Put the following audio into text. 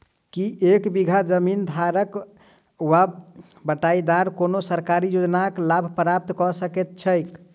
की एक बीघा जमीन धारक वा बटाईदार कोनों सरकारी योजनाक लाभ प्राप्त कऽ सकैत छैक?